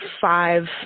five